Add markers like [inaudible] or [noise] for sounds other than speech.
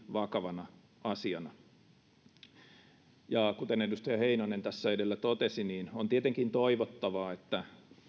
[unintelligible] vakavana asiana kuten edustaja heinonen tässä edellä totesi on tietenkin toivottavaa että